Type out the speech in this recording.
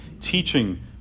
teaching